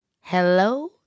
Hello